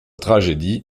tragédie